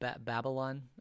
Babylon